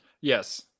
Yes